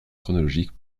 chronologique